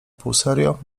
półserio